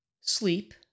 sleep